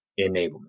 enablement